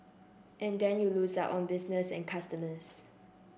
and then you lose out on business and customers